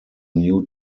new